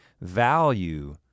value